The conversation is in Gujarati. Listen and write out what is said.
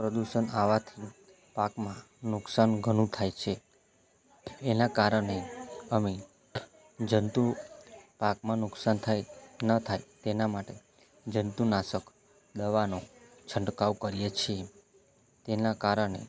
પ્રદૂષણ આવવાથી પાકમાં નુકસાન ઘણું થાય છે એના કારણે અમે જંતુ પાકમાં નુકસાન થાય ન થાય તેના માટે જંતુનાશક દવાનો છંટકાવ કરીએ છી તેના કારણે